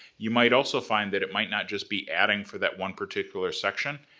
you might also find that it might not just be adding for that one particular section,